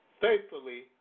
faithfully